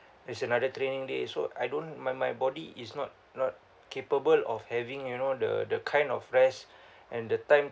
it's another training day so I don't my my body is not not capable of having you know the the kind of rest and the time